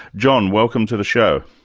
john, welcome to the show.